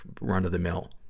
run-of-the-mill